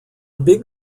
big